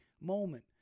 moment